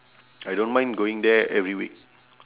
I don't mind going there every week